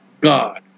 God